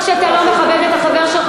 זה לא רק שאתה לא מכבד את החבר שלך,